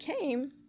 came